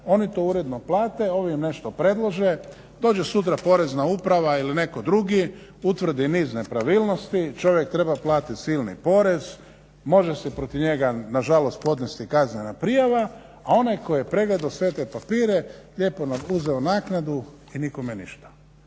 oni to uredno plate, ovi im nešto predlože, dođe sutra Porezna uprava il netko drugi, utvrdi niz nepravilnosti, čovjek treba platiti silni porez, može se protiv njega na žalost podnijeti kaznena prijava a onaj tko je pregledao sve te papire lijepo nam uzeo naknadu i nikome ništa.